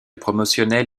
promotionnel